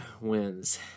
wins